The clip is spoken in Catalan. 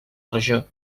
regió